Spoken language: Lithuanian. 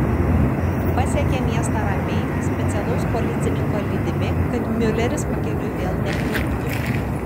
pasiekė miestą ramiai specialaus policininko lydimi kad miuleris pakeliui vėl nepliurptų